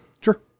Sure